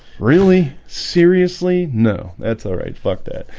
really? seriously, no, that's all right. fuck that.